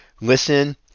listen